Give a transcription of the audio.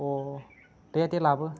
अ दे दे लाबो